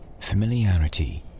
Familiarity